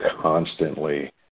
constantly